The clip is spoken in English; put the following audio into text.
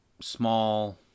small